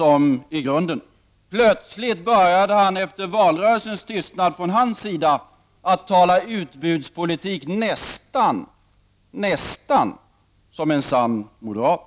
om i grunden. Plötsligt började han, efter sin tystnad under valrörelsen, att tala utbudspolitik, nästan som en sann moderat.